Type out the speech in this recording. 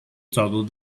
toggle